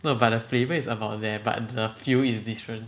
no but the flavour is about the but the feel is different